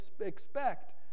expect